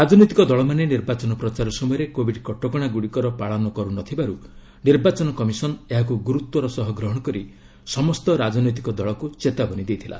ରାଜନୈତିକ ଦଳମାନେ ନିର୍ବାଚନ ପ୍ରଚାର ସମୟରେ କୋବିଡ୍ କଟକଣା ଗୁଡ଼ିକର ପାଳନ କରୁନଥିବାରୁ ନିର୍ବାଚନ କମିଶନ୍ ଏହାକୁ ଗୁରୁତ୍ୱର ସହ ଗ୍ରହଣ କରି ସମସ୍ତ ରାଜନୈତିକ ଦଳକୁ ଚେତାବନୀ ଦେଇଥିଲା